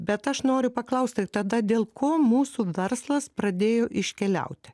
bet aš noriu paklausti tada dėl ko mūsų verslas pradėjo iškeliauti